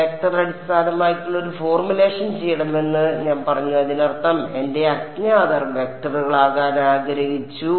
vector അടിസ്ഥാനമാക്കിയുള്ള ഒരു formulation ചെയ്യണമെന്ന് ഞാൻ പറഞ്ഞു അതിനർത്ഥം എന്റെ അജ്ഞാതർ വെക്റ്ററുകളാകാൻ ആഗ്രഹിച്ചു